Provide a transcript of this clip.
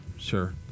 Sure